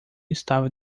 estava